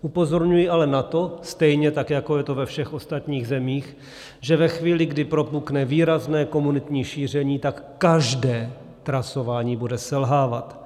Upozorňuji ale na to, stejně tak jako je to ve všech ostatních zemích, že ve chvíli, kdy propukne výrazné komunitní šíření, tak každé trasování bude selhávat.